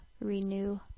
renew